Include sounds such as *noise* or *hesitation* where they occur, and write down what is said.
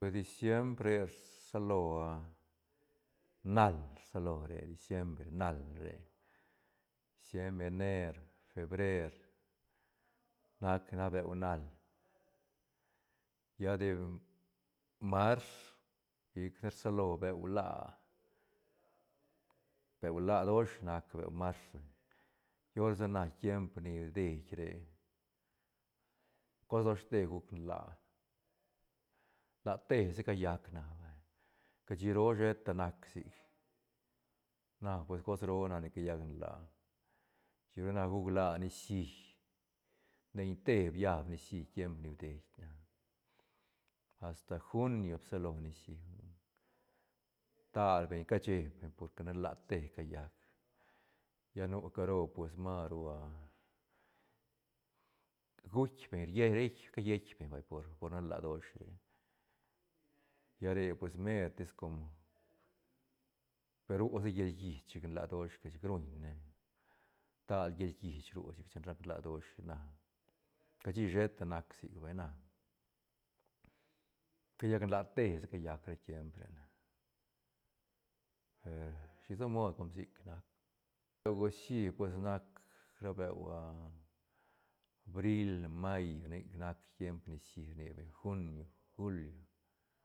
Diciembr re rsalo ah *hesitation* nal rsalo re diciembre nal re diciembr ener febrer nac ra beu nal lla de mars chic ne rsalo beu laa beu la dosh nac beu marzo pior sa na tiemp ni bidei re cos doshte guc nlaa nlaate sa llac na vay cashi roo sheta nac sic na pues cos roo nac ni callac nlaa chic ru na guc la nicií neiñ te biab nicií tiemp ni bidei na asta junio bsalo nicií hui tal beñ casheb ne porque nan laa te callac lla nu caro pues maru ah *hesitation* guitk beñ rie reit ca lleitk beñ vay por- por nan laa dosh re lla re pues mertis com per ru sa llal llich chic nlaa doshga chic ruñ ne stal llal llich ru chic chin rac nlaa dosh na cashi sheta nac sic vay na callac nlaa tesa callac ra tiemp re na per shisa mod com sic nac. Beu gucií pues nac ra beu ah *hesitation* bril, mayo nic nac tiemp nacií rni beñ junio, julio.